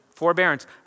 forbearance